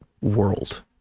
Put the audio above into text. world